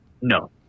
No